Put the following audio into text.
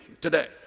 today